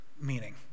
meaning